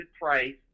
price